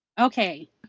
Okay